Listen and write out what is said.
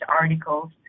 articles